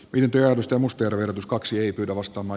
ylityödusta muster on uskoakseni muodostama